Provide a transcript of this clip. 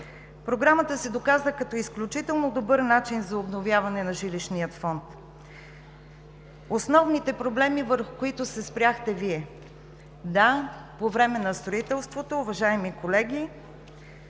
Програмата се доказа като изключително добър начин за обновяване на жилищния фонд. Основните проблеми, върху които се спряхте Вие. Да, по време на строителството, уважаеми колеги,